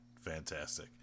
Fantastic